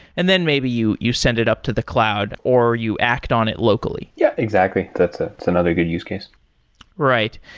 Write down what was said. and then maybe you you send it up to the cloud, or you act on it locally yeah, exactly. that's ah another good use case right.